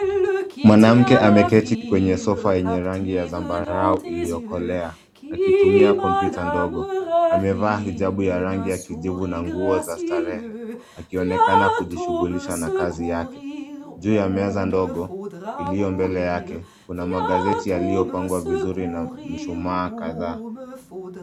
Mwanamke ameketi kwenye sofa yenye rangi ya zambarau iliyokolea akitumia kompyuta ndogo. Amevaa hijabu ya rangi ya kijivu na nguo za starehe akionekana kujishughulisha na kazi yake. Juu ya meza ndogo iliyo mbele yake kuna magazeti yaliyopangwa vizuri na mshumaa kadhaa.